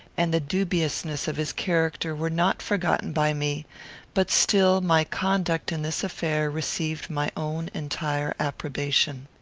and the dubiousness of his character, were not forgotten by me but still my conduct in this affair received my own entire approbation.